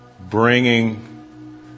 Bringing